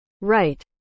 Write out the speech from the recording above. Right